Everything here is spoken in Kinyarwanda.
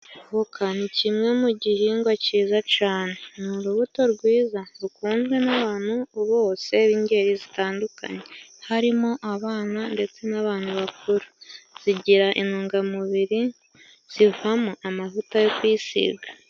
Voka ni kimwe mu gihingwa ciza cane ni urubuto rwiza rukunzwe n'abantu bose, b'ingeri zitandukanye harimo abana, ndetse n'abantu bakuru zigira intungamubiri zivamo amavuta yo kwisiga.